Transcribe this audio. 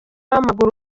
w’amaguru